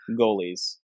goalies